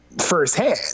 firsthand